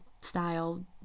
style